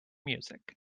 music